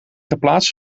geplaatst